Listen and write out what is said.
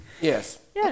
Yes